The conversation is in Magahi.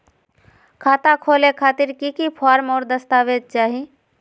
खाता खोले खातिर की की फॉर्म और दस्तावेज चाही?